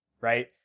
right